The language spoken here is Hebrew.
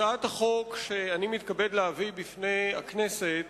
הצעת החוק שאני מתכבד להביא בפני הכנסת